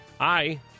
hi